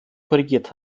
korrigiert